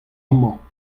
amañ